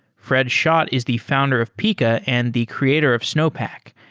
fred schott is the founder of pika and the creator of snowpack,